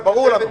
זה ברור לנו.